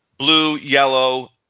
blue, yellow,